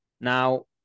Now